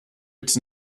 its